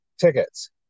tickets